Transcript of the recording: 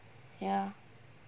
ya